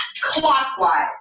clockwise